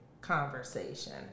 conversation